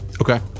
Okay